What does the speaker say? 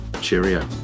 cheerio